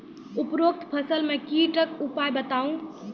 उपरोक्त फसल मे कीटक उपाय बताऊ?